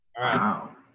Wow